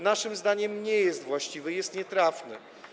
Naszym zdaniem nie jest właściwy, jest nietrafny.